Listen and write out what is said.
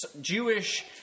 jewish